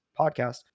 podcast